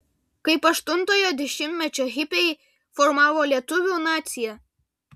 kaip aštuntojo dešimtmečio hipiai formavo lietuvių naciją